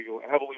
heavily